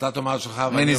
אתה תאמר את שלך ואני אומר,